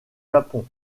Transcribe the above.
japon